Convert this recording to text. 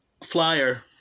Flyer